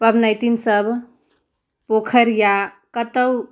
पबनैतिन सभ पोखरि या कतहुँ